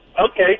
Okay